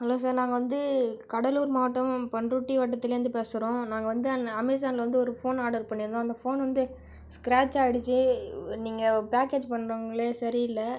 hello sir நாங்கள் வந்து கடலூர் மாவட்டம் பண்ருட்டி வட்டத்துலேருந்து பேசுகிறோம் நாங்கள் வந்து அமேசானில் வந்து ஒரு ஃபோன் ஆர்டர் பண்ணியிருந்தோம் அந்த ஃபோன் வந்து ஸ்க்ராட்ச் ஆயிடுச்சு நீங்கள் பேக்கேஜ் பண்ணுறவங்களே சரி இல்லை